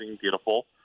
beautiful